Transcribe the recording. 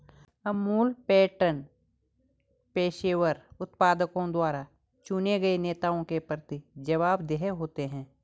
Amul pattern पेशेवर उत्पादकों द्वारा चुने गए नेताओं के प्रति जवाबदेह होते हैं